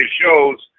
shows